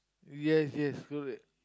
yes yes do it